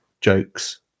jokes